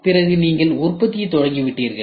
பிறகு உற்பத்தியை தொடங்கிவிட்டீர்கள்